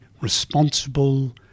responsible